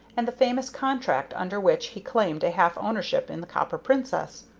and the famous contract under which he claimed a half-ownership in the copper princess.